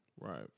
right